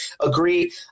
agree